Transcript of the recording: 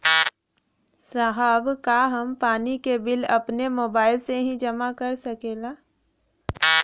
साहब का हम पानी के बिल अपने मोबाइल से ही जमा कर सकेला?